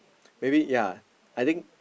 maybe ya I think